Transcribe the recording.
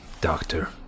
doctor